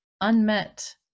unmet